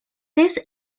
this